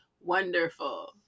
wonderful